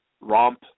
romp